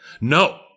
No